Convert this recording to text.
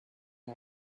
our